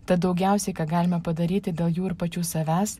tad daugiausiai ką galime padaryti dėl jų ir pačių savęs